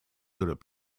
through